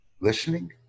listening